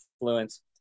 influence